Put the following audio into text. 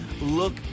look